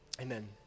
Amen